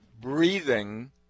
breathing